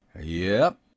Yep